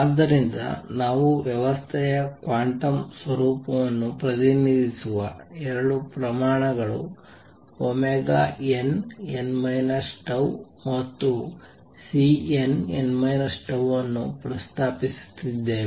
ಆದ್ದರಿಂದ ನಾವು ವ್ಯವಸ್ಥೆಯ ಕ್ವಾಂಟಮ್ ಸ್ವರೂಪವನ್ನು ಪ್ರತಿನಿಧಿಸುವ 2 ಪ್ರಮಾಣಗಳು nn τ ಮತ್ತು Cnn τ ಅನ್ನು ಪ್ರಸ್ತಾಪಿಸುತ್ತಿದ್ದೇವೆ